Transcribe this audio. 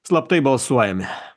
slaptai balsuojame